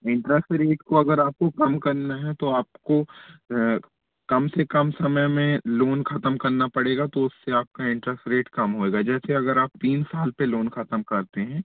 interest rate को अगर आपको कम करना है तो आपको कम से कम समय में लोन खत्म करना पड़ेगा तो उससे आपका इंटरस्ट रेट कम होएगा जैसे अगर आप तीन साल पे लोन खत्म करते हैं